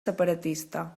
separatista